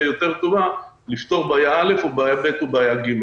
הטובה יותר לפתור בעיה א' או בעיה ב' או בעיה ג'.